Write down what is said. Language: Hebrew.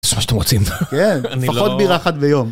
תעשו מה שאתם רוצים. כן, לפחות בירה אחת ביום.